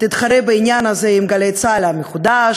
יתחרה בעניין הזה עם "גלי צה"ל" המחודשת,